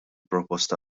proposta